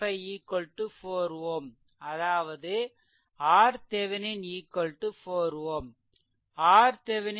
5 4 Ω அதாவது RThevenin 4 Ω